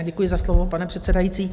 Děkuji za slovo, pane předsedající.